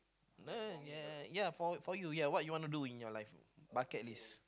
ya what you ya what you want to with your life bucket list